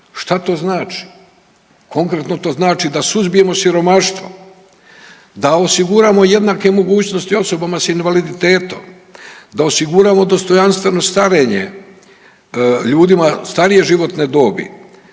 Šta to znači? Konkretno to znači da suzbijemo siromaštvo, da osiguramo jednake mogućnosti osobama s invaliditetom, da osiguramo dostojanstveno starenje ljudima starije životne dobi,